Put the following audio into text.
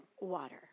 water